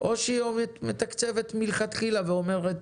או שהיא מתקצבת מלכתחילה ואומרת